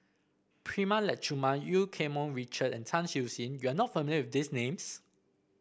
Prema Letchumanan Eu Keng Mun Richard and Tan Siew Sin you are not familiar with these names